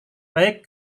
baik